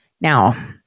Now